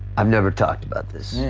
i've never talked about this,